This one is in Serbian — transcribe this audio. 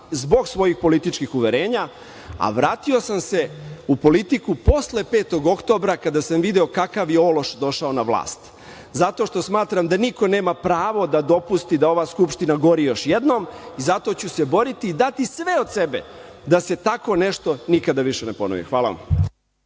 zbog svojih političkih uverenja, a vratio sam se u politiku posle 5. oktobra kada sam video kakav je ološ došao na vlast, zato što smatram da niko nema pravo da dopusti da ova Skupština gori još jednom, zato ću se boriti i dati sve od sebe da se tako nešto nikada više ne ponovi. Hvala vam.